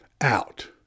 out